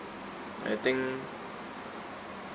I think